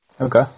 Okay